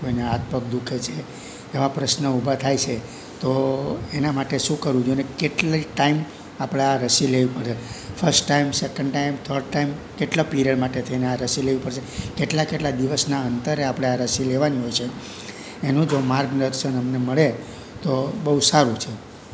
કોઈને હાથ પગ દુખે છે એવા પ્રશ્ન ઊભા થાય સે તો એના માટે શું કરવું જોઈએ અને કેટલી ટાઈમ આપડે આ રશી લેવી પડે first time second time third time કેટલા પીરિયડ માટે થઈને આ રશી લેવી પડશે કેટલા કેટલા દિવસના અંતરે આપડે આ રશી લેવાની હોય છે એનું જો માર્ગદર્શન અમને મળે તો બઉ સારું છે